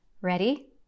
Ready